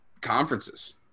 conferences